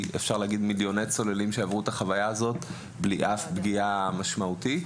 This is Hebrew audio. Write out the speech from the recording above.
מיליוני צוללים עברו את החוויה הזאת בלי אף פגיעה משמעותית.